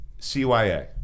CYA